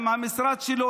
עם המשרד שלו,